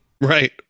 right